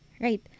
right